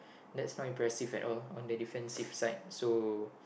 that's not impressive at all on the defensive side so